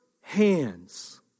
hands